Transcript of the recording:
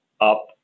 up